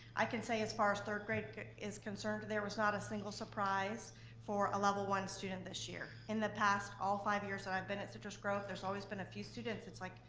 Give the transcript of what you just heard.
i can say as far as third grade was concerned, there was not a single surprise for a level one student this year. in the past, all five years that i've been at citrus grove, there's always been a few students. it's like,